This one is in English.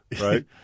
right